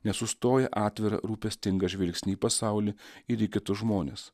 nesustoja atvirą rūpestingą žvilgsnį į pasaulį ir į kitus žmones